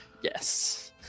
Yes